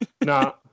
No